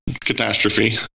catastrophe